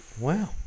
Wow